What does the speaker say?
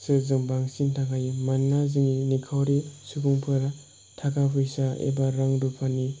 सो जों बांसिन थांखायो मानोना जोंनि निखावरि सुबुंफोरा थाखा फैसा एबा रां रुफानि